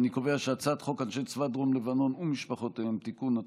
אני קובע שהצעת חוק אנשי צבא דרום לבנון ומשפחותיהם (תיקון),